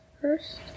first